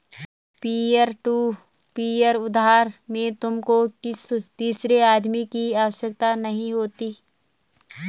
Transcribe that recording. peer to peer उधार में तुमको किसी तीसरे आदमी की आवश्यकता नहीं होती